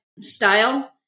style